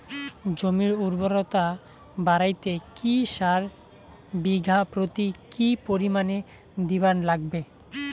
জমির উর্বরতা বাড়াইতে কি সার বিঘা প্রতি কি পরিমাণে দিবার লাগবে?